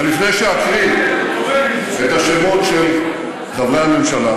ולפני שאקריא את השמות של חברי הממשלה,